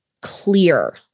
clear